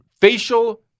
facial